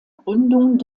gründung